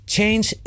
Change